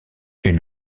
une